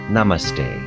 Namaste